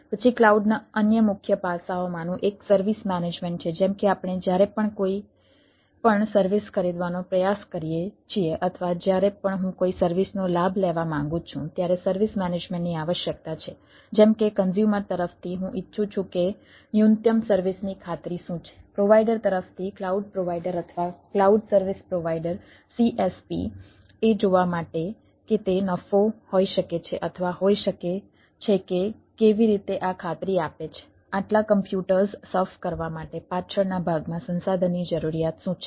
પછી ક્લાઉડના અન્ય મુખ્ય પાસાઓમાંનું એક સર્વિસ મેનેજમેન્ટ કરવા માટે પાછળના ભાગમાં સંસાધનની જરૂરિયાત શું છે